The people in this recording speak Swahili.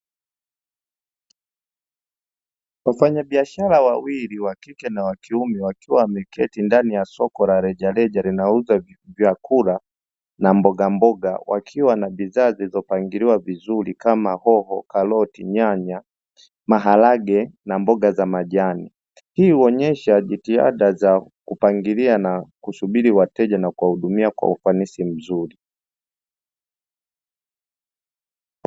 Wafanyabiashara wawili wa kike na wa kiume wakiwa wameketi ndani ya soko la rejareja linalouza vyakula na mbogamboga wakiwa na bidhaa zilizopangiliwa vizuri kama; Hoho, Karoti, Nyanya, Maharage, na Mboga za majani. Hii huonyesha jitihada za kupangilia na kusubiri wateja na kuwahudumia kwa ufanisi mzuri.